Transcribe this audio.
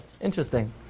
interesting